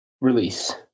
release